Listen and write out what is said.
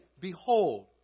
Behold